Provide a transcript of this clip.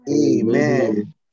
Amen